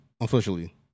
officially